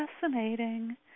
fascinating